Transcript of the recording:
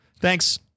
Thanks